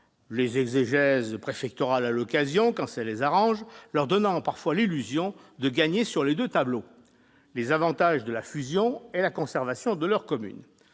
des exégèses préfectorales, quand cela les arrange, leur donnant parfois l'illusion de gagner sur les deux tableaux, en conjuguant les avantages de la fusion et la conservation de leur commune,